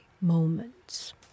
moments